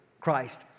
Christ